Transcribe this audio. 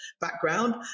background